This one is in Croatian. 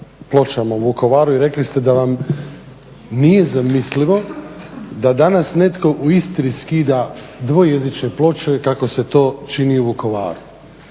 pločama u Vukovaru i rekli ste da vam nije zamislivo da danas netko u Istri skida dvojezične ploče kako se to čini u Vukovaru.